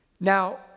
Now